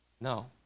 No